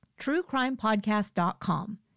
truecrimepodcast.com